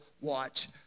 Watch